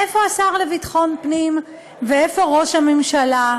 איפה השר לביטחון פנים ואיפה ראש הממשלה?